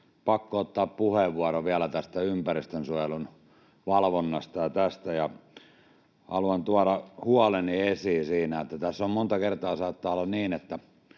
pakko ottaa puheenvuoro vielä tästä ympäristönsuojelun valvonnasta, ja haluan tuoda huoleni esiin siinä, että tässä monta kertaa saattaa olla niin, että